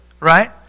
right